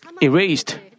erased